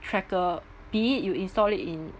tracker be it you install it in